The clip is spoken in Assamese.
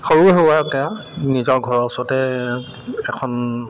সৰু সুৰাকৈ আৰু নিজৰ ঘৰৰ ওচৰতে এখন